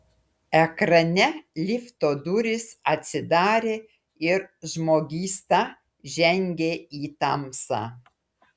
ekrane lifto durys atsidarė ir žmogysta žengė į tamsą